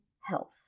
health